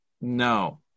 No